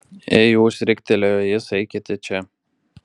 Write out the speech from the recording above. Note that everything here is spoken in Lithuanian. ei jūs riktelėjo jis eikite čia